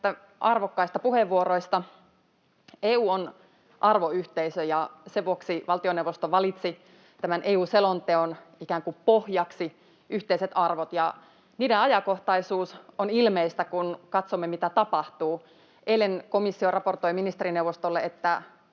arvokkaista puheenvuoroista. EU on arvoyhteisö, ja sen vuoksi valtioneuvosto valitsi tämän EU-selonteon ikään kuin pohjaksi yhteiset arvot. Niiden ajankohtaisuus on ilmeistä, kun katsomme, mitä tapahtuu. Eilen komissio raportoi ministerineuvostolle, että